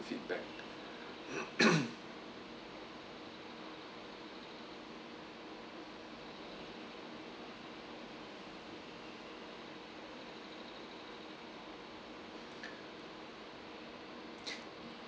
feedback